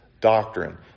doctrine